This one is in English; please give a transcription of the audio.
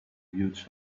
huge